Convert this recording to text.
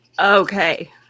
Okay